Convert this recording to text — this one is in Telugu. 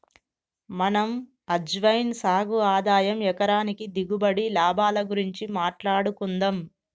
మనం అజ్వైన్ సాగు ఆదాయం ఎకరానికి దిగుబడి, లాభాల గురించి మాట్లాడుకుందం